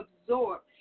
absorb